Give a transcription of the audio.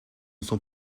sont